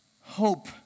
hope